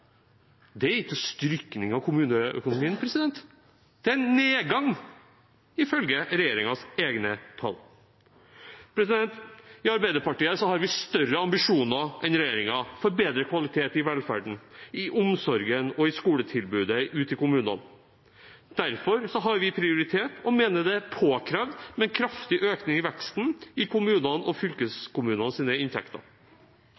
Det er ikke en styrking av kommuneøkonomien. Det er en nedgang ifølge regjeringens egne tall. I Arbeiderpartiet har vi større ambisjoner enn regjeringen for bedre kvalitet i velferden, i omsorgen og i skoletilbudet ute i kommunene. Derfor har vi prioritert og mener det er påkrevd med en kraftig økning i veksten i kommunenes og